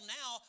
now